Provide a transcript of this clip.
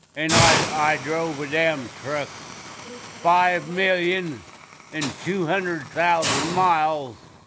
and i drove a damn truck five million and two hundred thousand miles,